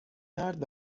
مرد